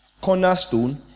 cornerstone